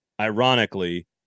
ironically